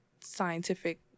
scientific